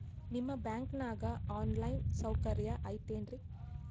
ನಿಮ್ಮ ಬ್ಯಾಂಕನಾಗ online ಸೌಕರ್ಯ ಐತೇನ್ರಿ?